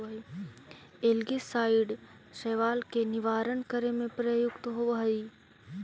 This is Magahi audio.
एल्गीसाइड शैवाल के निवारण करे में प्रयुक्त होवऽ हई